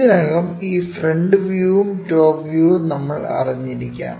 ഇതിനകം ഈ ഫ്രണ്ട് വ്യൂവും ടോപ് വ്യൂവും നമ്മൾ അറിഞ്ഞിരിക്കാം